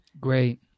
Great